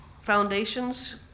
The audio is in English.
foundations